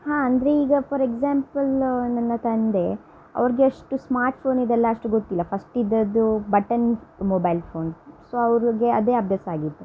ಹಾಂ ಅಂದರೆ ಈಗ ಫಾರ್ ಎಕ್ಸಾಂಪಲ್ಲು ನನ್ನ ತಂದೆ ಅವ್ರಿಗೆ ಅಷ್ಟು ಸ್ಮಾರ್ಟ್ ಫೋನಿದೆಲ್ಲ ಅಷ್ಟು ಗೊತ್ತಿಲ್ಲ ಫಸ್ಟ್ ಇದ್ದದ್ದು ಬಟನ್ ಮೊಬೈಲ್ ಫೋನ್ ಸೊ ಅವ್ರಿಗೆ ಅದೇ ಅಭ್ಯಾಸ ಆಗಿದೆ